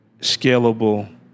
scalable